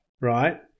right